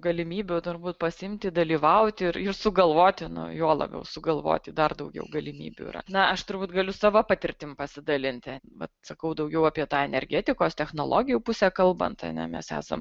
galimybių turbūt pasiimti dalyvauti ir sugalvoti nu juo labiau sugalvoti dar daugiau galimybių yra na aš turbūt galiu savo patirtim pasidalinti vat sakau daugiau apie tą energetikos technologijų pusę kalbant a ne mes esam